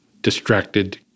distracted